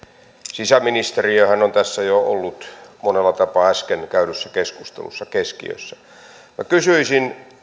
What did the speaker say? sisäministeriöhän on tässä jo ollut monella tapaa äsken käydyssä keskustelussa keskiössä kysyisin